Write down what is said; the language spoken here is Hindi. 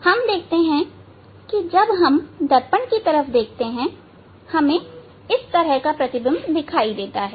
हम देखते हैं कि जब हम दर्पण की तरफ देखते हैं हमें इस तरह का प्रतिबिंब दिखाई देता है